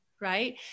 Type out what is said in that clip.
right